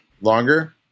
longer